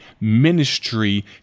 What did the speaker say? ministry